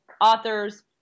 authors